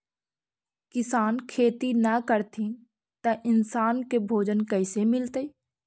किसान खेती न करथिन त इन्सान के भोजन कइसे मिलतइ?